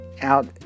out